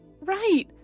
Right